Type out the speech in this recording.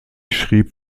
schrieb